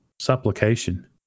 supplication